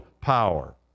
power